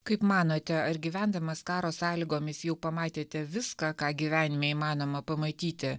kaip manote ar gyvendamas karo sąlygomis jau pamatėte viską ką gyvenime įmanoma pamatyti